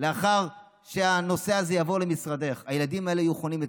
לאחר שהנושא הזה יעבור למשרדך הילדים האלה יחנו אצלך.